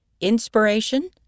Inspiration